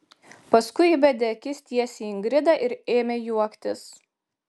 paskui įbedė akis tiesiai į ingridą ir ėmė juoktis